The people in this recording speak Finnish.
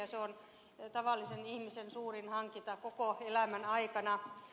asuntohan on tavallisen ihmisen suurin hankinta koko elämän aikana